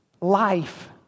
life